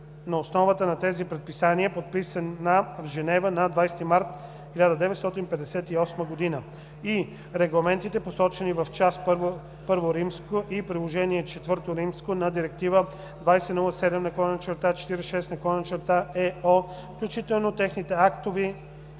на основата на тези предписания, подписана в Женева на 20 март 1958 г.; и) регламентите, посочени в Част I от Приложение IV на Директива 2007/46/ЕО, включително техните актове